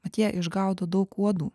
mat jie išgaudo daug uodų